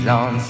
on